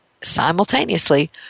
simultaneously